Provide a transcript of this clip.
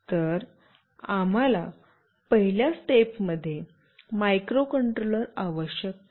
तर आम्हाला पहिल्या स्टेप मध्ये मायक्रोकंट्रोलर आवश्यक आहे